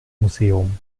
museum